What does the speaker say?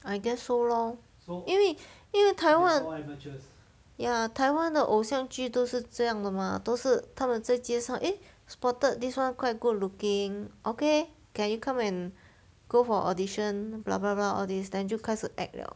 I guess so lor 因为因为 taiwan ya taiwan 的偶像剧都是这样的 mah 都是他们在街上 eh spotted this [one] quite good looking okay can you come and go for audition blah blah blah all these then 就开始 act liao